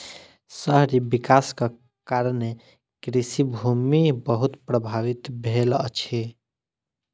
शहरी विकासक कारणें कृषि भूमि बहुत प्रभावित भेल अछि